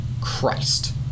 Christ